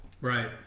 Right